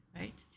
right